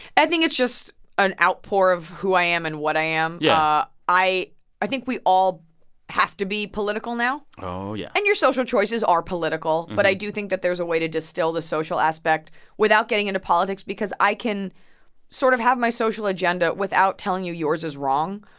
i think it's just an outpour of who i am and what i am yeah i i think we all have to be political now oh, yeah and your social choices are political. but i do think that there's a way to distill the social aspect without getting into politics because i can sort of have my social agenda without telling you yours is wrong.